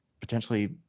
potentially